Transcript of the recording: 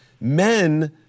men